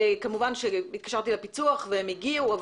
כמובן שהתקשרתי לפיצו"ח והם הגיעו.